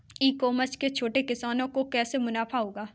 ई commerce से छोटे किसानों को कैसे मुनाफा होगा?